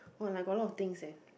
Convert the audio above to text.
!wah! like got a lot of things eh